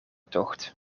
tocht